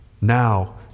Now